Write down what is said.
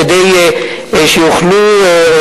כדי שיוכלו,